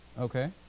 Okay